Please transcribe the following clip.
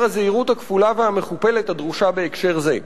הזהירות הכפולה והמכופלת הדרושה בהקשר זה.